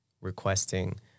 requesting